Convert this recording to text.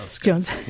Jones